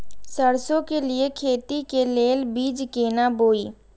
सरसों के लिए खेती के लेल बीज केना बोई?